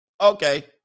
Okay